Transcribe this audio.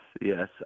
yes